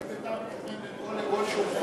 בין גול לגול שהוא חוטף.